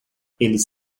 eles